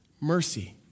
mercy